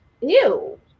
Ew